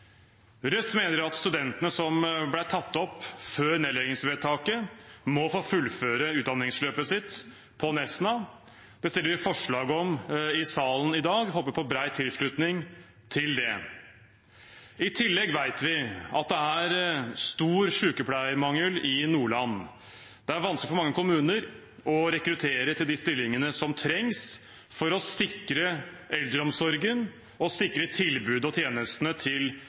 Rødt mener at studentene som ble tatt opp før nedleggingsvedtaket, må få fullføre utdanningsløpet sitt på Nesna. Det fremmer vi forslag om i salen i dag og håper på bred tilslutning til det. I tillegg vet vi at det er stor sykepleiermangel i Nordland. Det er vanskelig for mange kommuner å rekruttere til de stillingene som trengs for å sikre eldreomsorgen, og sikre tilbudet og tjenestene til